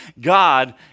God